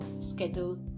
schedule